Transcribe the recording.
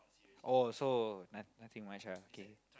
oh so n~ nothing much lah okay